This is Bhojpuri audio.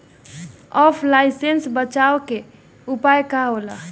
ऑफलाइनसे बचाव के उपाय का होला?